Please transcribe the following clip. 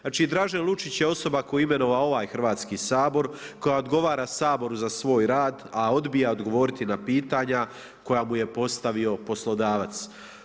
Znači Držen Lučić je osoba koja je imenovao ovaj Hrvatski sabor, koji odgovara Saboru za svoj rad, a odbija odgovoriti na pitanja koja mu je postavio poslodavac.